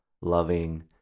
loving